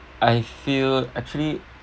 I feel actually